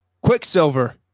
quicksilver